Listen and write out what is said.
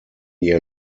year